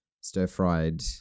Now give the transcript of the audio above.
stir-fried